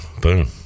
boom